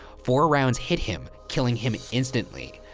four rounds hit him, killing him instantly.